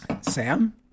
sam